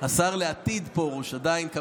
עדיין לא,